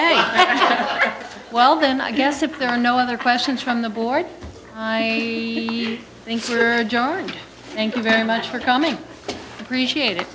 ok well then i guess if there are no other questions from the board i think sir john thank you very much for coming appreciate it